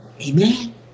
amen